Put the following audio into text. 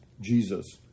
Jesus